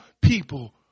people